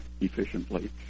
efficiently